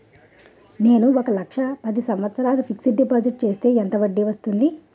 నేను ఒక లక్ష పది సంవత్సారాలు ఫిక్సడ్ డిపాజిట్ చేస్తే ఎంత వడ్డీ వస్తుంది?